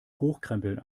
hochkrempeln